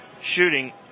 Shooting